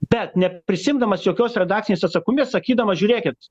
bet neprisiimdamas jokios redakcinės atsakomybės sakydamas žiūrėkit